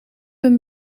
een